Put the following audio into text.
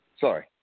Sorry